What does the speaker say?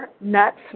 nuts